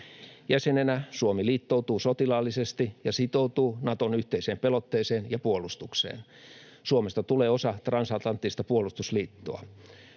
Jäsenenä Suomi liittoutuu sotilaallisesti ja sitoutuu Naton yhteiseen pelotteeseen ja puolustukseen. Suomesta tulee osa transatlanttista puolustusliittoa.